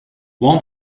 one